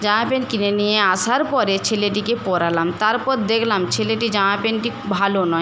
জামা প্যান্ট কিনে নিয়ে আসার পরে ছেলেটিকে পরালাম তারপর দেখলাম ছেলেটির জামা প্যান্টটি ভালো নয়